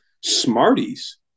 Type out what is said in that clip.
Smarties